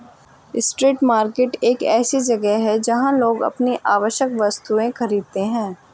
street market एक ऐसी जगह है जहां लोग अपनी आवश्यक वस्तुएं खरीदते हैं